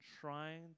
trying